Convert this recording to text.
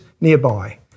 nearby